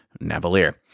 Navalier